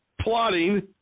plotting